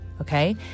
okay